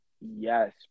Yes